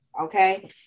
okay